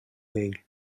vell